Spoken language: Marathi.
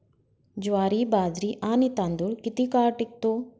ज्वारी, बाजरी आणि तांदूळ किती काळ टिकतो?